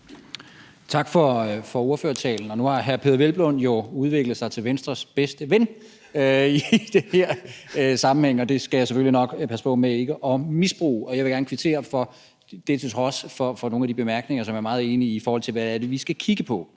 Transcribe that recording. Tak for ordførertalen. Nu har hr. Peder Hvelplund jo udviklet sig til Venstres bedste ven i den her sammenhæng, og det skal jeg selvfølgelig nok passe på med ikke at misbruge, og jeg vil gerne kvittere for det til trods for nogle af de bemærkninger, som jeg er meget enig i, i forhold til hvad det er, vi skal kigge på.